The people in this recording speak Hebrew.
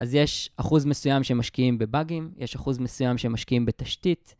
אז יש אחוז מסוים שמשקיעים בבאגים, יש אחוז מסוים שמשקיעים בתשתית.